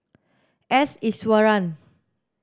S Iswaran